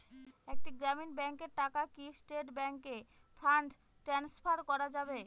একটি গ্রামীণ ব্যাংকের টাকা কি স্টেট ব্যাংকে ফান্ড ট্রান্সফার করা যাবে?